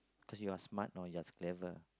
cause you are smart know you are clever